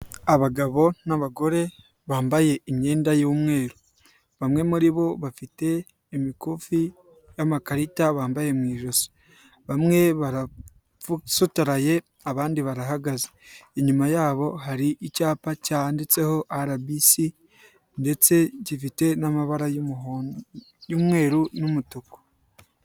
Abagabo n'abagore bambaye imyenda y'umweru bamwe muri bo bafite imikufi y'amakarita bambaye mu ijosi, bamwe barasutaraye abandi barahagaze inyuma yabo hari icyapa cyanditseho RBC ndetse gifite n'amabara y'umuhondo y'umweru n'umutuku.